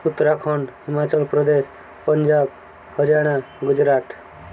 Uttarakhand Himachal Pradesh Punjab Haryana Gujarat